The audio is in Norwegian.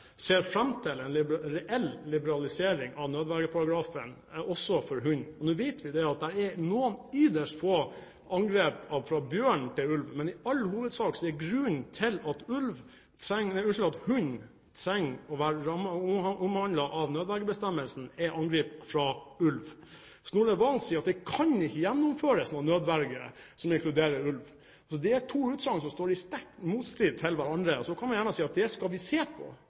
ser fram til en reell liberalisering av nødvergeparagrafen, også for hund. Nå vet vi at det er noen ytterst få angrep fra bjørn på hund, men i all hovedsak er grunnen til at hund trenger å være omhandlet av nødvergebestemmelsen, angrep fra ulv. Snorre Serigstad Valen sier at det ikke kan gjennomføres nødverge som inkluderer ulv. Det er to utsagn som står i sterkt motstrid til hverandre, og så kan man gjerne si at det skal vi se på.